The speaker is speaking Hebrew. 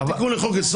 זה תיקון לחוק-יסוד?